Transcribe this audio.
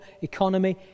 economy